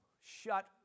shut